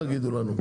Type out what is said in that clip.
תגידו לנו.